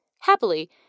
Happily